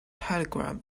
telegram